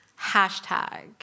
hashtag